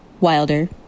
Wilder